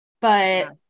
but-